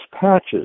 patches